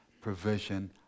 provision